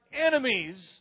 enemies